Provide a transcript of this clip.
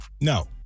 No